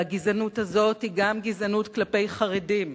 והגזענות הזאת היא גם גזענות כלפי חרדים,